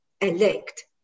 elect